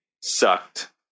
sucked